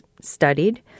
studied